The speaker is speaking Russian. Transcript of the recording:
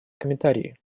комментарии